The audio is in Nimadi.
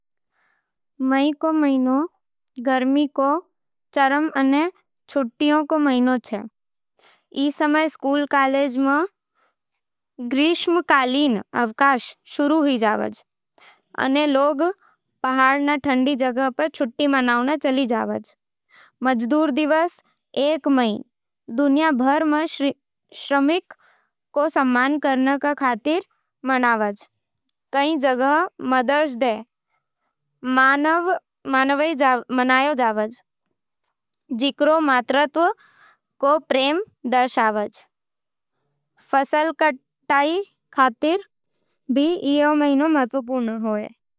मई रो महीनो गर्मी रो चरम अने छुट्टियां रो महीनो होवे। ई समय स्कूल-कॉलेज में ग्रीष्मकालीन अवकाश शुरू होवे, अने लोग पहाड़ां या ठंडी जगह छुट्टी मनावण जावै। मजदूर दिवस एक मई दुनिया भर में श्रमिकां रो सम्मान कर्णो खातिर क़र्ज़। कई जगह मदर्स डे मनावै जावे, जिकरो मातृत्व रो प्रेम दर्शावै। फसल कटाई खातर भी ई महीनो महत्वपूर्ण होवे।